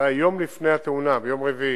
יום לפני התאונה, ביום רביעי,